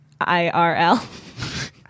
IRL